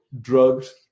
drugs